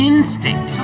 Instinct